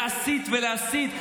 להסית ולהסית.